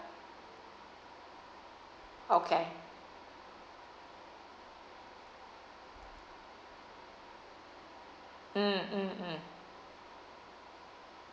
okay mm mm mm